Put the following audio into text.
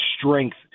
strength